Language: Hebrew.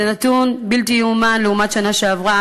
זה נתון בלתי ייאמן לעומת השנה שעברה,